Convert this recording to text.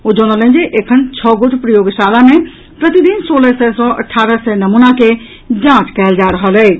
ओ जनौलनि जे एखन छओ गोट प्रयोगशाला मे प्रतिदिन सोलह सय सँ अठारह सय नमूना के जांच कयल जा रहल अछि